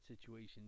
situation